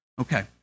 okay